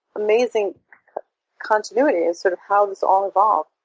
amazing continuities sort of how this all evolved,